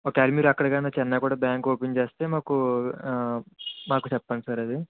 ఒక వేళ్ళ మీరు అక్కడ కానీ చెన్నై కూడా బ్యాంకు ఓపెన్ చేస్తే మాకు మాకు చెప్పండి సార్ అది